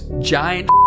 giant